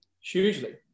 hugely